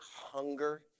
hunger